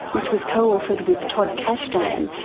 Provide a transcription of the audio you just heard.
which was co-authored with todd kashdan,